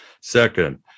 Second